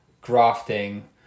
grafting